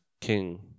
king